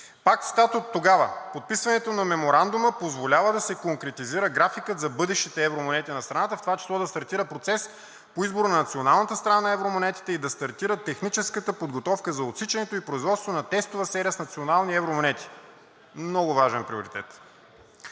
Пак цитат оттогава: „Подписването на Меморандума позволява да се конкретизира графикът за бъдещите евромонети на страната, в това число да стартира процесът по избор на националната страна на евромонетите и да стартира техническата подготовка за отсичането и производството на тестова серия с национални евромонети.“ Много важен приоритет!